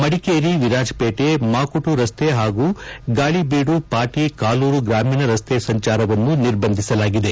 ಮಡಿಕೇರಿ ವಿರಾಜಪೇಟೆ ಮಾಕುಟು ರಸ್ತೆ ಹಾಗೂ ಗಾಳಿಬೀದು ಪಾಟಿ ಕಾಲೂರು ಗ್ರಾಮೀಣ ರಸ್ತೆ ಸಂಚಾರವನ್ನು ನಿರ್ಬಂಧಿಸಲಾಗಿದೆ